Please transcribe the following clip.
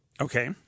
Okay